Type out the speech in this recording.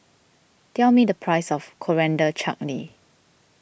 tell me the price of Coriander Chutney